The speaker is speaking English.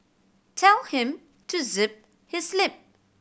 tell him to zip his lip